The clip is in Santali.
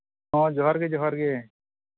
ᱦᱮᱸ ᱡᱚᱦᱟᱨ ᱜᱮ ᱡᱚᱦᱟᱨ ᱜᱮ